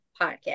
Podcast